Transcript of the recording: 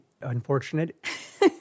unfortunate